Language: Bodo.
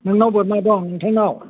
नोंनाव बोरमा दं नोंथांनाव